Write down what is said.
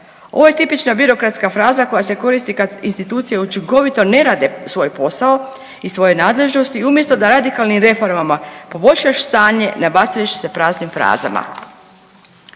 Ovo je tipična birokratska fraza koja se koristi kad institucije učinkovito ne rade svoj posao iz svoje nadležnosti umjesto da radikalnim reformama poboljšaš stanje ne bacajući se praznim frazama.